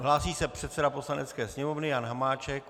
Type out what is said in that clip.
Hlásí se předseda Poslanecké sněmovny Jan Hamáček.